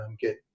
get